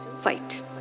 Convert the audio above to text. fight